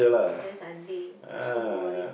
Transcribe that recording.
certain Sunday so boring